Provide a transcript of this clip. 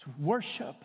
worship